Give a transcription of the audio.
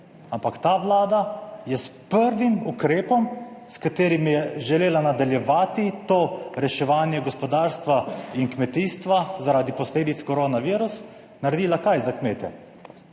Ampak ta Vlada je s prvim ukrepom s katerim je želela nadaljevati to reševanje gospodarstva in kmetijstva zaradi posledic koronavirusa, naredila - kaj za kmete?